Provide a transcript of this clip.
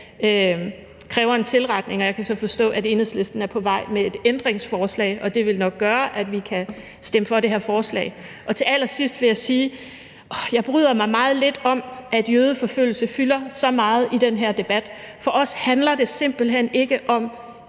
kræver en tilretning, og jeg kan så forstå, at Enhedslisten er på vej med et ændringsforslag, og det vil nok gøre, at vi kan stemme for det her forslag. Til allersidst vil jeg sige: Jeg bryder mig meget lidt om, at jødeforfølgelse fylder så meget i den her debat. For os handler det simpelt hen ikke om,